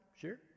Sure